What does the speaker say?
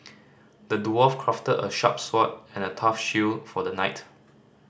the dwarf crafted a sharp sword and a tough shield for the knight